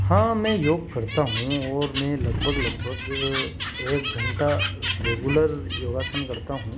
हाँ मैं योग करता हूँ और मैं लगभग लगभग एक घंटा रेगुलर योगासन करता हूँ